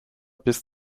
bis